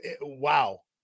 wow